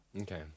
Okay